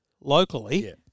locally